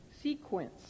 sequence